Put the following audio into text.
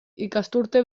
ikasturte